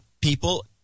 people